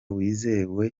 wizewe